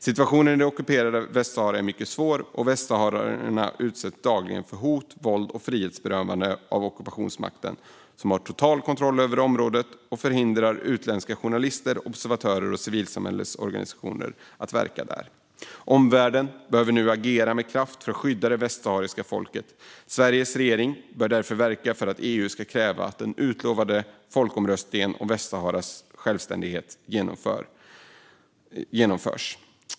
Situationen i det ockuperade Västsahara är mycket svår, och västsaharierna utsätts dagligen för hot, våld och frihetsberövanden av ockupationsmakten som har total kontroll över området och förhindrar utländska journalister, observatörer och civilsamhällesorganisationer att verka där. Omvärlden behöver nu agera med kraft för att skydda det västsahariska folket. Sveriges regering bör därför verka för att EU ska kräva att den utlovade folkomröstningen om Västsaharas självständighet genomförs.